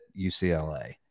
UCLA